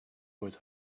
always